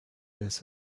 his